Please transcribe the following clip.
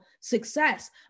success